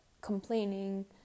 complaining